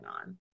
on